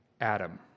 Adam